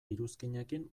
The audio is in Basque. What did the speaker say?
iruzkinekin